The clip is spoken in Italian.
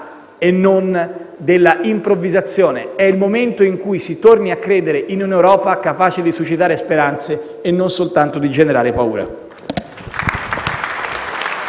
e non della improvvisazione; è il momento in cui tornare a credere in una Europa capace di suscitare speranze e non soltanto di generare paure.